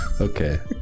Okay